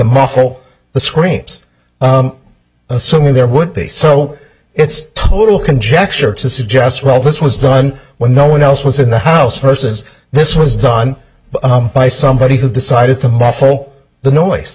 muffle the screams assuming there would be so it's total conjecture to suggest well this was done when no one else was in the house versus this was done by somebody who decided to muffle the